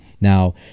now